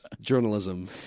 journalism